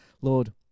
lord